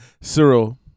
Cyril